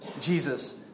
Jesus